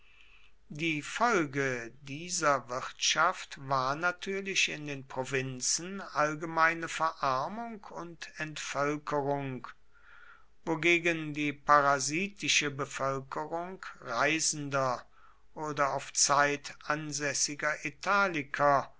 die folge dieser wirtschaft war natürlich in den provinzen allgemeine verarmung und entvölkerung wogegen die parasitische bevölkerung reisender oder auf zeit ansässiger italiker